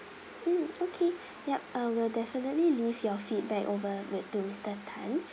mm okay yup uh will definitely leave your feedback over with to mister tan